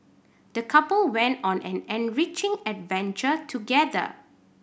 the couple went on an enriching adventure together